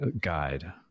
guide